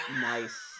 nice